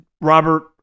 Robert